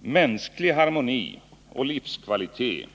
Mänsklig harmoni och livskvalitet